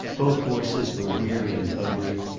both horses were weary and hungry,